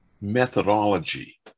methodology